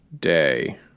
day